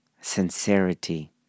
sincerity